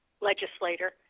legislator